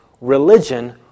religion